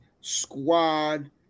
squad